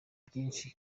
byinshi